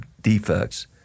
defects